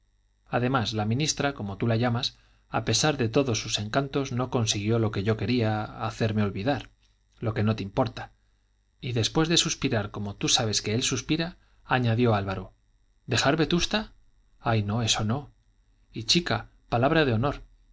además la ministra como tú la llamas a pesar de todos sus encantos no consiguió lo que yo quería hacerme olvidar lo que no te importa y después de suspirar como tú sabes que él suspira añadió álvaro dejar a vetusta ay no eso no y chica palabra de honor